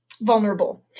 vulnerable